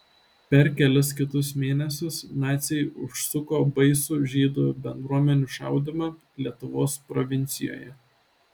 per kelis kitus mėnesius naciai užsuko baisų žydų bendruomenių šaudymą lietuvos provincijoje